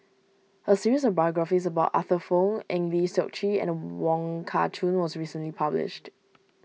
a series of biographies about Arthur Fong Eng Lee Seok Chee and Wong Kah Chun was recently published